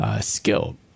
Skill